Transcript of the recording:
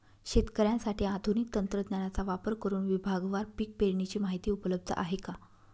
शेतकऱ्यांसाठी आधुनिक तंत्रज्ञानाचा वापर करुन विभागवार पीक पेरणीची माहिती उपलब्ध आहे का?